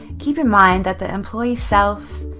keep in mind that the employee self,